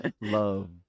Love